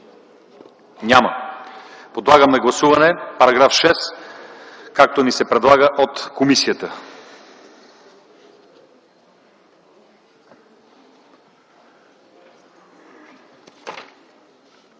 Няма. Подлагам на гласуване § 6, както ни се предлага от комисията.